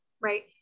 right